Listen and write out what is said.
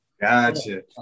Gotcha